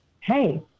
Hey